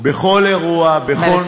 בכל אירוע, בכל מצעד.